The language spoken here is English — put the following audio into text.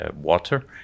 water